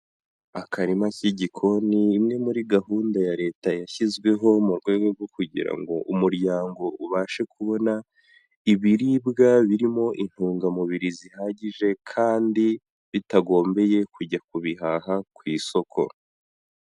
Akarima k'igikoni, imwe muri gahunda ya Leta yashyizweho mu rwego rwo kugira ngo umuryango ubashe kubona ibiribwa birimo intungamubiri zihagije kandi bitagombeye kujya kubihaha ku isoko.